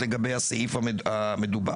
איזה גזענות?